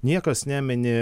niekas nemini